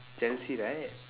chelsea right